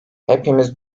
hepimiz